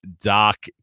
doc